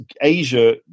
asia